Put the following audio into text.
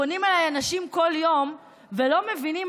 פונים אליי אנשים בכל יום ולא מבינים,